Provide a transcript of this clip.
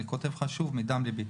אני כותב לך שוב מדם ליבי.